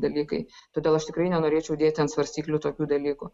dalykai todėl aš tikrai nenorėčiau dėti ant svarstyklių tokių dalykų